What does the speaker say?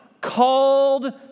called